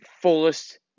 fullest